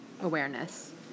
awareness